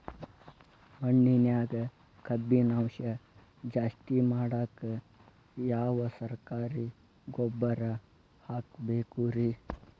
ಮಣ್ಣಿನ್ಯಾಗ ಕಬ್ಬಿಣಾಂಶ ಜಾಸ್ತಿ ಮಾಡಾಕ ಯಾವ ಸರಕಾರಿ ಗೊಬ್ಬರ ಹಾಕಬೇಕು ರಿ?